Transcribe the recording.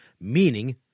meaning